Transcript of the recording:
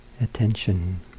attention